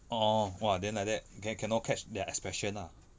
orh !wah! then like that can cannot catch their expression ah